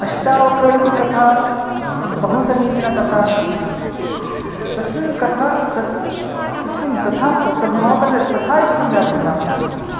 अष्टावक्रः इति कथा बहु समीचीनकथा अस्ति तस्मिन् कथा तस् तस्मिन् तथा म तद् मम कृते तथा इष्टं जातं नाम